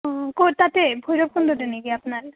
অঁ ক'ত তাতে ভৈৰৱকুণ্ডতে নেকি আপোনাৰ